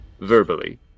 verbally